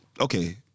okay